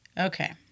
Okay